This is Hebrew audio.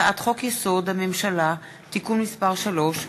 הצעת חוק-יסוד: הממשלה (תיקון מס' 3),